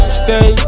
stay